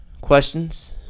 questions